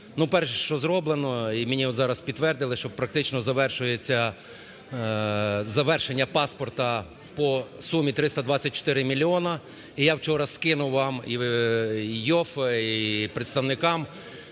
перше, що зроблено, і мені от зараз підтвердили, що практично завершується завершення паспорта по сумі 324 мільйони, і я вчора скинув і вам, і Іоффе, і представникам